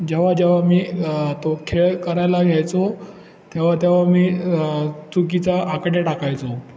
जेव्हा जेव्हा मी तो खेळ करायला घ्यायचो तेव्हा तेव्हा मी चुकीचा आकडे टाकायचो